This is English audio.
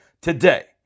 today